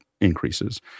increases